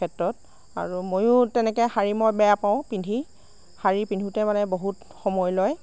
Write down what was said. ক্ষেত্ৰত আৰু ময়ো তেনেকৈ শাৰী মই বেয়া পাওঁ পিন্ধি শাৰী পিন্ধোতে মানে বহুত সময় লয়